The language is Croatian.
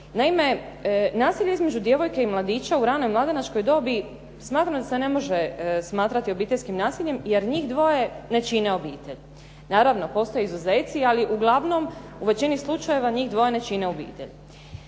Naime, nasilje između djevojke i mladića u ranoj mladenačkoj dobi smatram da se ne može smatrati obiteljskim nasiljem, jer njih dvoje ne čine obitelj. Naravno postoje izuzeci, ali uglavnom u većini slučajeva njih dvoje ne čine obitelj.